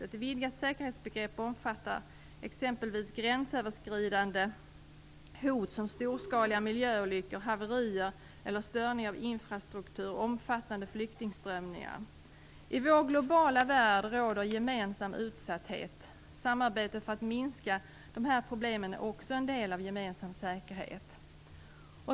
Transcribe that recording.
Ett vidgat säkerhetsbegrepp omfattar exempelvis gränsöverskridande hot som storskaliga miljöolyckor, haverier eller störning av infrastruktur, omfattande flyktingströmmar m.m. I vår globala värld råder gemensam utsatthet. Samarbete för att minska dessa problem är också en del av gemensam säkerhet.